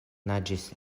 naĝis